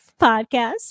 podcast